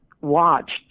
watched